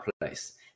place